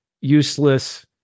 useless